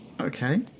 Okay